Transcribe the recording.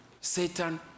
Satan